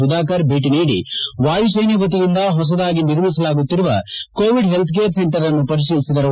ಸುಧಾಕರ್ ಭೇಟಿ ನೀಡಿ ವಾಯುಸೇನೆ ವತಿಯಿಂದ ಹೊಸದಾಗಿ ನಿರ್ಮಿಸಲಾಗುತ್ತಿರುವ ಕೋವಿಡ್ ಹೆಲ್ತ್ ಸೆಂಟರ್ ಅನ್ನು ಪರಿಕೀಲಿಸಿದರು